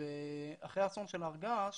אחרי האסון הר הגעש